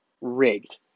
rigged